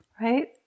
right